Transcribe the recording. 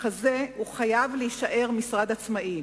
וככזה הוא חייב להישאר משרד עצמאי.